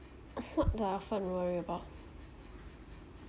food lah what I'm worry about